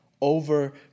over